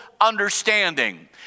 understanding